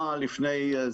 המלשינון.